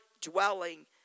dwelling